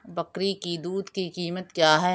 बकरी की दूध की कीमत क्या है?